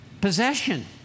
possession